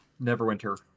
Neverwinter